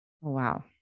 Wow